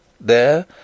There